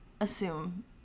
assume